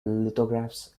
lithographs